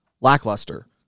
lackluster